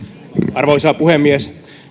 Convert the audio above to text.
arvoisa puhemies